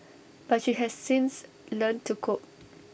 but she has since learnt to cope